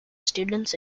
students